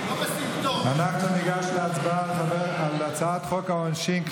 אנחנו ניגש להצבעה על הצעת חוק העונשין (תיקון,